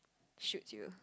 shoots you